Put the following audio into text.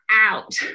out